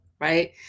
right